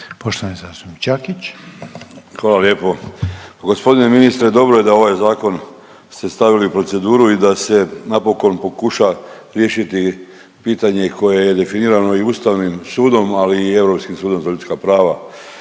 **Đakić, Josip (HDZ)** Hvala lijepo. Gospodine ministre dobro je da ovaj zakon ste stavili u proceduru i da se napokon pokuša riješiti pitanje koje je definirano i Ustavnim sudom ali i Europskim sudom za ljudska prava.